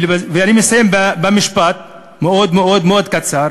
אני מסיים במשפט מאוד מאוד קצר,